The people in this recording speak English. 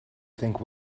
think